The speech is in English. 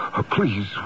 please